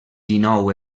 dinou